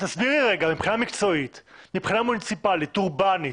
מבחינה מוניציפאלית-אורבנית,